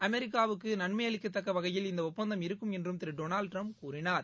அமெிக்காவுக்கு நன்மை அளிக்கத்தக்க வகையில் இந்த ஒப்பந்தம் இருக்கும் என்றும் திரு டொனால்டு ட்டிரம்ப் கூறினார்